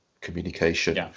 communication